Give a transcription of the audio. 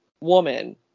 woman